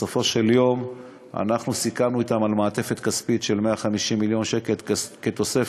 בסופו של יום אנחנו סיכמנו אתם על מעטפת כספית של 150 מיליון שקל כתוספת